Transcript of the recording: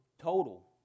total